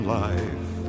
life